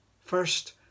First